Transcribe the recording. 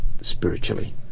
spiritually